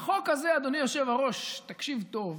החוק הזה, אדוני היושב-ראש, תקשיב טוב.